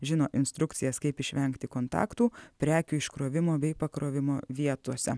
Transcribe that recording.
žino instrukcijas kaip išvengti kontaktų prekių iškrovimo bei pakrovimo vietose